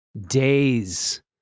days